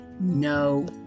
no